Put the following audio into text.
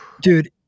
Dude